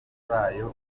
bayo